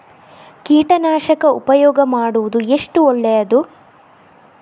ಕೀಟನಾಶಕ ಉಪಯೋಗ ಮಾಡುವುದು ಎಷ್ಟು ಒಳ್ಳೆಯದು?